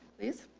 please.